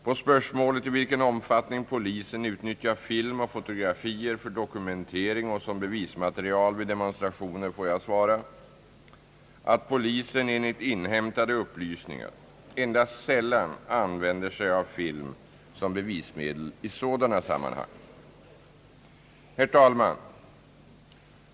På spörsmålet i vilken omfattning polisen utnyttjar film och fotografier för dokumentering och som bevismaterial vid demonstrationer får jag svara att polisen enligt inhämtade upplysningar endast sällan använder sig av film som bevismedel i sådana sammanhang. Herr talman.